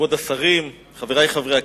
כבוד השרים, חברי חברי הכנסת.